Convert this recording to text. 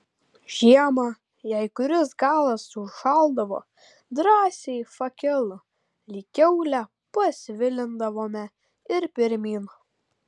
žiemą jei kuris galas užšaldavo drąsiai fakelu lyg kiaulę pasvilindavome ir pirmyn